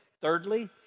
Thirdly